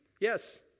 Yes